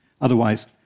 Otherwise